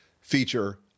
feature